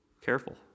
Careful